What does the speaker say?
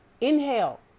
inhale